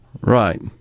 right